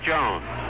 Jones